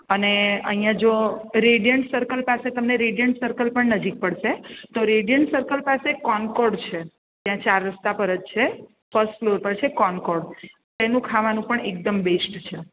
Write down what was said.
અને અહીંયા જો રેડિયન્ટ સર્કલ પાસે તમે રેડિયન્ટ સર્કલ પણ નજીક પડશે તો રેડિયન્ટ સર્કલ પાસે કોનકોડ છે ત્યાં ચાર રસ્તા પર જ છે ફર્સ્ટ ફ્લોર પર છે કોનકોડ તેનું ખાવાનું પણ એકદમ બેસ્ટ છે